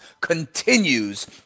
continues